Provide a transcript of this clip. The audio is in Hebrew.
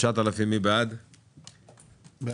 לפני שאנחנו עוברים לרביזיות, הבטחתי לנירה,